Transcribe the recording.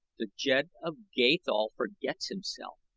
the jed of gathol forgets himself,